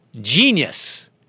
Genius